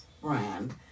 brand